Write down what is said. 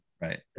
right